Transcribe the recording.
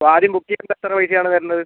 അപ്പം ആദ്യം ബുക്ക് ചെയ്യുമ്പം എത്ര പൈസയാണ് വരണത്